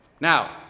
now